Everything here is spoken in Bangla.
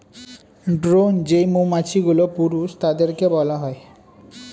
ড্রোন যেই মৌমাছিগুলো, পুরুষ তাদেরকে বলা হয়